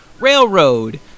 railroad